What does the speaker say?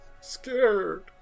Scared